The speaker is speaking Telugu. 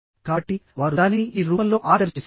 కాబట్టి వారు దానిని ఈ రూపంలో ఆర్డర్ చేశారు